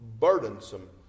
Burdensome